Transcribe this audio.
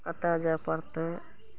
कतऽ जाइ पड़तय